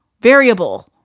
variable